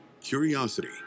curiosity